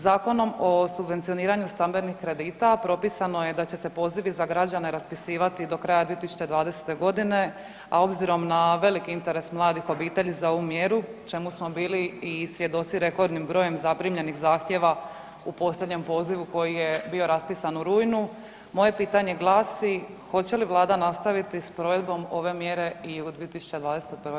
Zakonom o subvencioniranju stambenih kredita propisano je da će se pozivi za građane raspisivati do kraja 2020. godine, a obzirom na veliki interes mladih obitelji za ovu mjeru čemu smo bili svjedoci velikim brojem zaprimljenih zahtjeva u posljednjem pozivu koji je bio raspisan u rujnu, moje pitanje glasi, hoće li Vlada nastaviti s provedbom ove mjere i u 2021. godini?